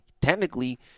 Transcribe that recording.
Technically